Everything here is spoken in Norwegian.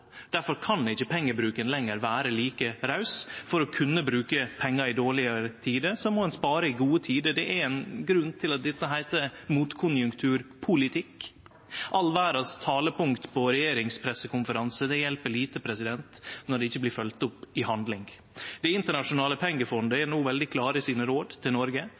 kan ikkje pengebruken lenger vere like raus. For å kunne bruke pengar i dårlege tider, må ein spare i gode tider. Det er ein grunn til at det heiter motkonjunkturpolitikk. Alle talepunkt i verda på regjeringspressekonferansar hjelper lite når dei ikkje blir følgde opp av handling. Det internasjonale pengefondet er no veldig klare i sine råd til Noreg: